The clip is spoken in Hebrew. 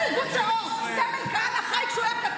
אבל זה היה הדבר הנכון בזמן מלחמה אחרי 7 באוקטובר.